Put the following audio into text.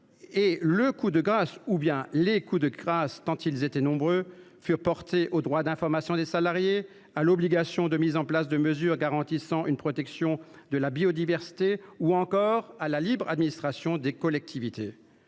là. Le coup de grâce, plutôt les coups de grâce, tant ils étaient nombreux, furent portés au droit d’information des salariés, à l’obligation de mise en place de mesures garantissant une protection de la biodiversité ou encore à la libre administration des collectivités.